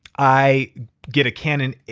i get a cannon.